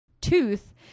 tooth